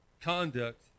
conduct